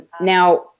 Now